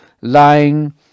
lying